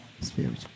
spirit